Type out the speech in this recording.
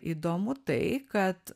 įdomu tai kad